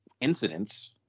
incidents